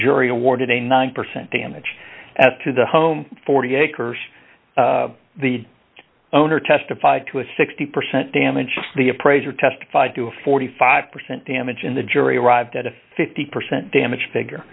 jury awarded a nine percent damage as to the home forty acres the owner testified to a sixty percent damage the appraiser testified to a forty five percent damage in the jury arrived at a fifty percent damage fi